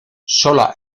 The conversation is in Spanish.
sola